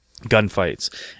gunfights